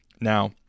Now